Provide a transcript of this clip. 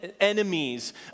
enemies